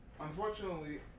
unfortunately